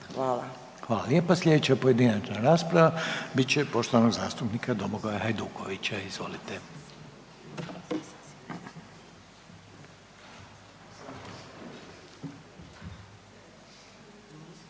(HDZ)** Hvala lijepa. Sljedeća pojedinačna rasprava biti će poštovane zastupnice Ljubice Lukačić. Izvolite.